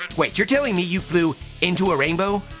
wait, you're telling me you flew into a rainbow?